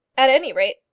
at any rate,